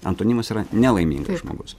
antonimas yra nelaimingas žmogus